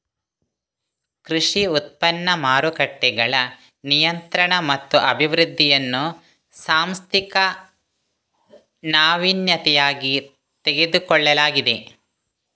ಕೃಷಿ ಉತ್ಪನ್ನ ಮಾರುಕಟ್ಟೆಗಳ ನಿಯಂತ್ರಣ ಮತ್ತು ಅಭಿವೃದ್ಧಿಯನ್ನು ಸಾಂಸ್ಥಿಕ ನಾವೀನ್ಯತೆಯಾಗಿ ತೆಗೆದುಕೊಳ್ಳಲಾಗಿದೆ